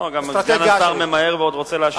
גם סגן השר ממהר ועוד רוצה להשיב לך.